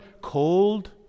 cold